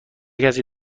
کسی